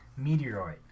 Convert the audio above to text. meteoroid